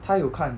他有看